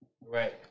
right